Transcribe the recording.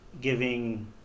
giving